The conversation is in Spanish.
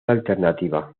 alternativa